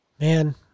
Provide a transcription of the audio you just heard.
Man